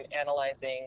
analyzing